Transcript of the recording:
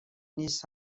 نیست